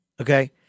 Okay